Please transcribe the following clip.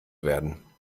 werden